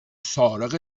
سارق